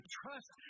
trust